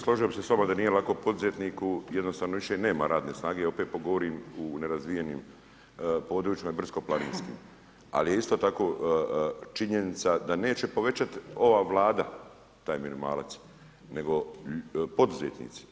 Kolega Mišo, složio bi se s vama da nije lako poduzetniku, jednostavno više nema radne snage, opet to govorim u nerazvijenim područjima brdsko-planinskim, al je isto tako činjenica da neće povećat ova Vlada taj minimalac, nego poduzetnici.